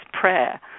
prayer